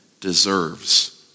deserves